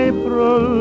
April